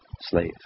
slave